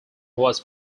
was